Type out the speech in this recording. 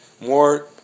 more